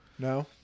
No